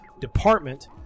department